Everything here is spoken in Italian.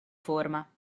forma